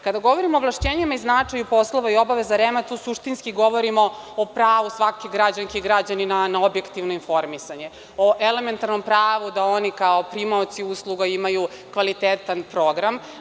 Kada govorimo o ovlašćenjima i značaju poslova i obaveza REM tu suštinski govorimo o pravu svake građanke i građanina na objektivno informisanje, o elementarnom pravu da oni kao primaoci usluga imaju kvalitetan program.